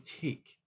take